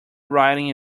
writing